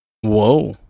Whoa